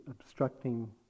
obstructing